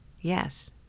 yes